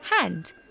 hand